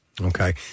Okay